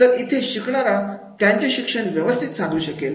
तरी इथे शिकणारा त्याचे त्याचे शिक्षण व्यवस्थित साधू शकेल